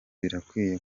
birakwiye